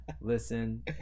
listen